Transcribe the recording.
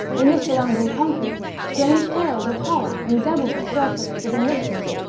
in the surrounding country strange tales of horror and devilry circulated in whispers,